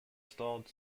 stalled